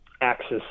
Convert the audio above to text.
axis